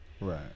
right